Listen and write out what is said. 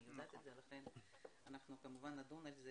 אנחנו כמובן נדון בזה